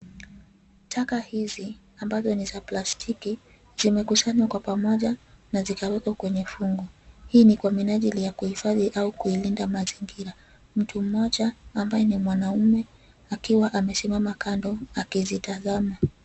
Taka hizi ambazo ni za plastiki, zimekusanywa kwa pamoja na zikawekwa kwenye fungu, hii ni kwa minajili ya kuhifadhi au kuilinda mazingira, mtu mmoja ambaye ni mwanaume akiwa amesimwa makando akizitazama.